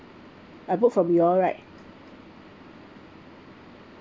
I book from you right